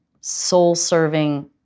soul-serving